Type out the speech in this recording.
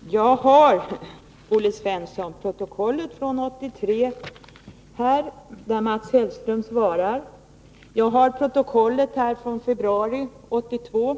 Fru talman! Jag har, Olle Svensson, protokollet från 1983 då Mats Hellström svarar. Jag har också här protokollet från februari 1982,